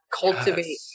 cultivate